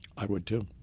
i would too.